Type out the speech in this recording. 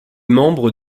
membres